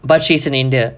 but she's in india